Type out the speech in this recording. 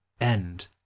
end